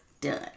done